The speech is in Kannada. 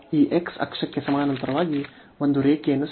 ಈ x ಅಕ್ಷಕ್ಕೆ ಸಮಾನಾಂತರವಾಗಿ ಒಂದು ರೇಖೆಯನ್ನು ಸೆಳೆಯೋಣ